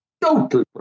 total